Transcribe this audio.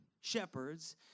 shepherds